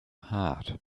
heart